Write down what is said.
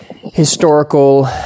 Historical